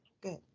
Good